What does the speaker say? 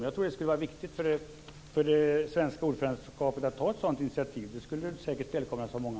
Jag tror att det skulle vara viktigt för det svenska ordförandeskapet att ta ett sådant initiativ. Det skulle säkert välkomnas av många.